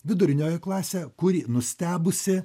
vidurinioji klasė kuri nustebusi